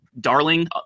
darling